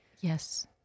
Yes